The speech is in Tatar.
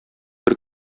бер